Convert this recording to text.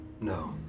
No